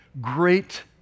great